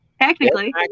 technically